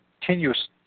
continuous